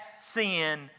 sin